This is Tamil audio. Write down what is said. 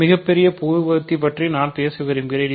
மிகப் பெரிய பொதுவான வகுத்தி பற்றி நான் பேச விரும்புகிறேன்